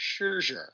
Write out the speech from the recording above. Scherzer